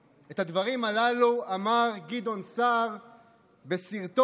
את הדברים הללו אמר גדעון סער בסרטון